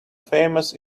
famous